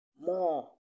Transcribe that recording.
more